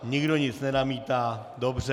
Nikdo nic nenamítá, dobře.